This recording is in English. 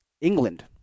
England